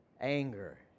Anger